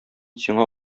сиңа